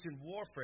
warfare